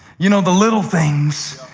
you know the little things.